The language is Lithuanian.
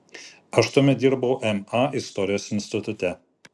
aš tuomet dirbau ma istorijos institute